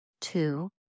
Two